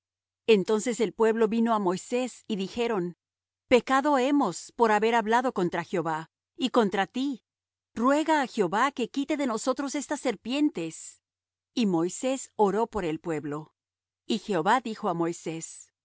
entonces el pueblo vino á moisés y dijeron pecado hemos por haber hablado contra jehová y contra ti ruega á jehová que quite de nosotros estas serpientes y moisés oró por el pueblo y jehová dijo á moisés